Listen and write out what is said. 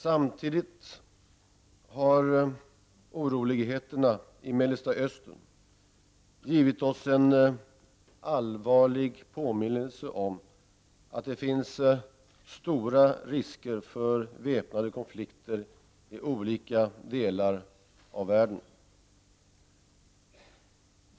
Samtidigt har oroligheterna i Mellersta Östern givit oss en allvarlig påminnelse om att det finns stora risker för väpnade konflikter i olika delar av världen.